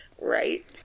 Right